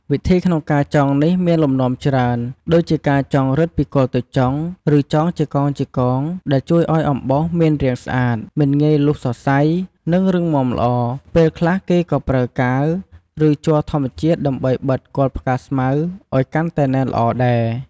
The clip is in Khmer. វិធីក្នុងការចងនេះមានលំនាំច្រើន ដូចជាការចងរឹតពីគល់ទៅចុង ឬចងជាកងៗ ដែលជួយឲ្យអំបោសមានរាងស្អាត មិនងាយរលុះសរសៃ និងរឹងមាំល្អ ពេលខ្លះគេក៏ប្រើកាវ ឬជ័រធម្មជាតិដើម្បីបិទគល់ផ្កាស្មៅឲ្យកាន់តែណែនល្អដែរ។